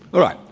all right.